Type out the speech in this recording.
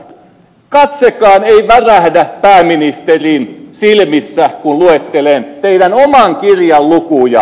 mutta katsekaan ei värähdä pääministerin silmissä kun luettelen teidän oman kirjanne lukuja